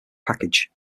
package